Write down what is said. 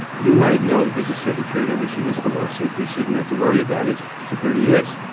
you might know that there's a certain period in which you risk a lawsuit but you shouldn't have to worry about it for thirty years.